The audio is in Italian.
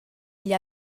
gli